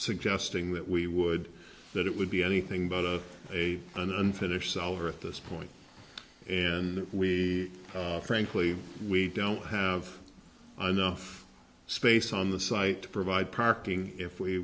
suggesting that we would that it would be anything but a a an unfinished cellar at this point and we frankly we don't have enough space on the site to provide parking if we